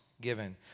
given